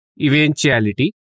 eventuality